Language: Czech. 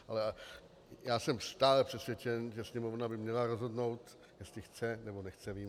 Ale jsem stále přesvědčen, že Sněmovna by měla rozhodnout, jestli chce, nebo nechce vyjmout.